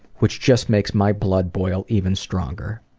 which just makes my blood boil even stronger.